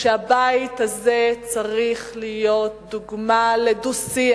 שהבית הזה צריך להיות דוגמה לדו-שיח.